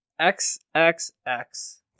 xxx